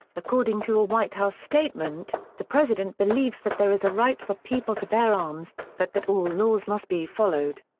according to a white house statement, the president believes that there is a right for people to bear arms, but that all laws must be followed.